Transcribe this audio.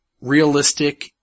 realistic